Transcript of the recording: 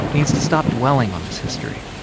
needs to stop dwelling on this history,